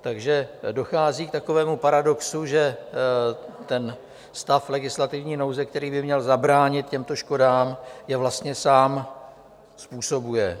Takže dochází k takovému paradoxu, že ten stav legislativní nouze, který by měl zabránit těmto škodám, je vlastně sám způsobuje.